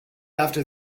after